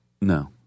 No